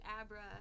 Abra